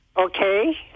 Okay